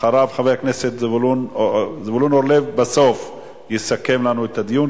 חבר הכנסת זבולון אורלב יסכם בסוף את הדיון,